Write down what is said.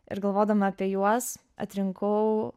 ir galvodama apie juos atrinkau